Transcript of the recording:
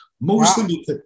Mostly